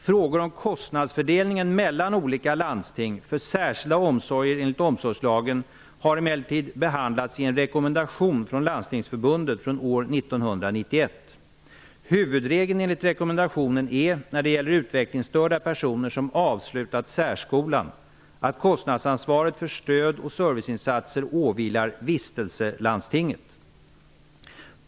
Frågor om kostnadsfördelningen mellan olika landsting för särskilda omsorger enligt omsorgslagen har emellertid behandlats i en rekommendation från Landstingsförbundet från år 1991. Huvudregeln enligt rekommendationen är, när det gäller utvecklingsstörda personer som avslutat särkolan, att kostnadsansvaret för stödoch serviceinsatser åvilar vistelselandstinget.